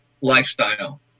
lifestyle